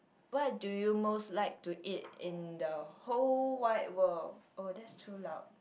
what do you most like to eat in the whole wide world